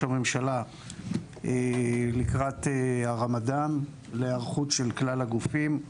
הממשלה לקראת הרמדאן להיערכות של כלל הגופים.